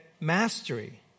mastery